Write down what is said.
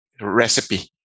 recipe